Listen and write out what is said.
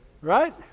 Right